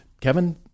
Kevin